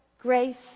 grace